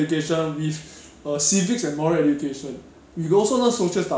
as in 七步成一个诗 but the 那名叫作七步诗